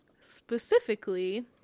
specifically